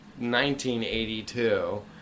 1982